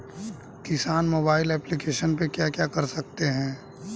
किसान mobile application पे क्या क्या कर सकते हैं?